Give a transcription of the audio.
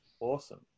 Awesome